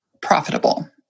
profitable